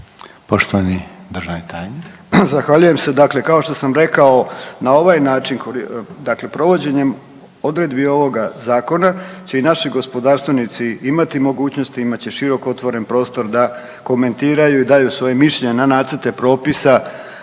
Poštovani državni tajnik.